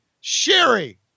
Sherry